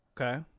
Okay